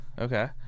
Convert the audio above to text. Okay